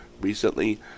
recently